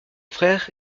frère